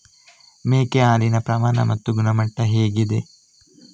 ಮೇಕೆ ಹಾಲಿನ ಪ್ರಮಾಣ ಮತ್ತು ಗುಣಮಟ್ಟ ಹೇಗಿದೆ?